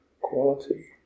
quality